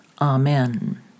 Amen